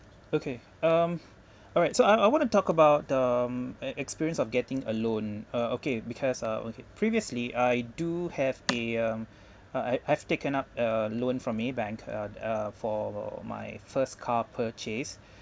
okay um alright so I I I want to talk about the an experience of getting a loan uh okay because uh okay previously I do have a um uh I I've taken up a loan from a bank uh uh for my first car purchase